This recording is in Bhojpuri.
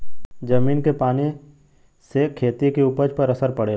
जमीन के पानी से खेती क उपज पर असर पड़ेला